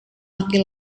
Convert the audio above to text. laki